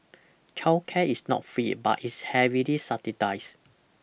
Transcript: childcare is not free but is heavily subsidised